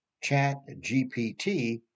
CHAT-GPT